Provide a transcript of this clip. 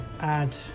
add